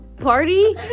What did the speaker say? Party